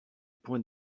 point